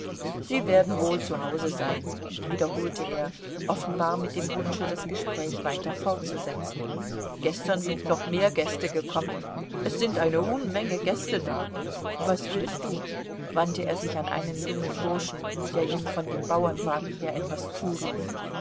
sie werden wohl zu hause sein wiederholte er offenbar mit dem wunsche das gespräch weiter fortzusetzen gestern sind noch mehr gäste gekommen es sind eine unmenge gäste da was willst du wandte er sich an einen jungen burschen der ihm von dem bauernwagen her etwas zurief